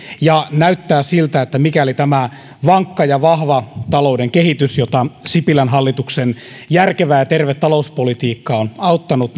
ja näyttää siltä että mikäli tämä vankka ja vahva talouden kehitys jota sipilän hallituksen järkevä ja terve talouspolitiikka on auttanut